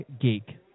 geek